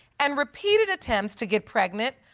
and repeated attempts to get pregnant,